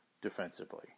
defensively